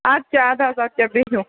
اَدٕ کیاہ اَدٕ حظ اَدٕ کیاہ بِہِو